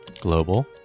Global